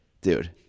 Dude